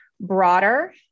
broader